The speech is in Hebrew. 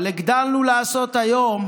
אבל הגדלנו לעשות היום